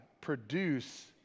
produce